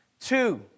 Two